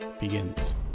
begins